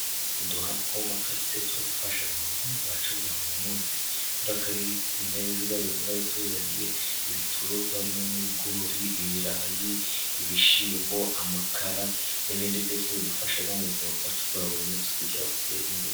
Uduhanda two mu makaritsiye turadufasha mu buzima bwacu bwa buri munsi. Kubera ko ariho ibinyabiziga binyura bituzaniye ibicuruzwa harimo nk'ibigori, ibirayi, ibishyimbo, amakara n'ibindi byose bidufasha mu buzima bwacu bwa buri munsi, kugira ngo butere imbere.